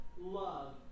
love